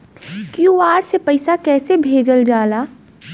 QR से पैसा कैसे भेजल जाला?